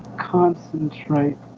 concentrate